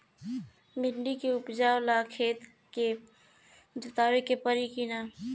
भिंदी के उपजाव ला खेत के जोतावे के परी कि ना?